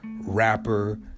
rapper